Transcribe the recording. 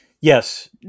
Yes